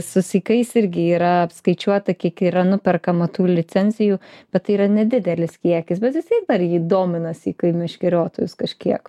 su sykais irgi yra apskaičiuota kiek yra nuperkama tų licencijų bet tai yra nedidelis kiekis bet vis tiek dar jį domina sykai kai meškeriotojus kažkiek